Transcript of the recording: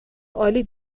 عالی